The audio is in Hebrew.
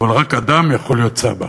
אבל רק אדם יכול להיות סבא.